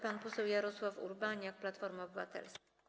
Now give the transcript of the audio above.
Pan poseł Jarosław Urbaniak, Platforma Obywatelska.